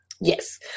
yes